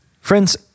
Friends